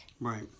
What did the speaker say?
right